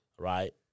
Right